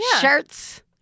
Shirts